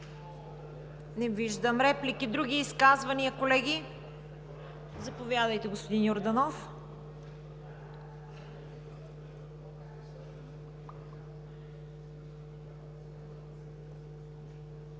Не виждам. Други изказвания, колеги? Заповядайте, господин Йорданов.